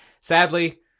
Sadly